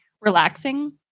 relaxing